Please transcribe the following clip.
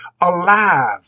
alive